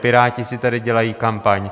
Piráti si tady dělají kampaň.